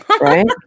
right